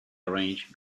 arranged